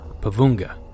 Pavunga